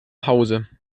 hause